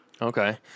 Okay